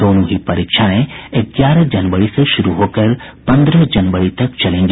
दोनों ही परीक्षाएं ग्यारह जनवरी से शुरू होकर पन्द्रह जनवरी तक चलेंगी